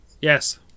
Yes